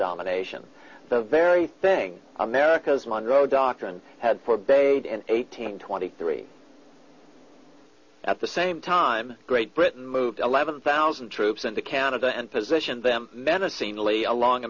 domination the very thing america's monro doctrine had forbade and eighteen twenty three at the same time great britain moved eleven thousand troops into canada and position them